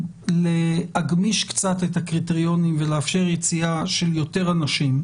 להגמיש קצת את הקריטריונים ולאפשר יציאה של יותר אנשים,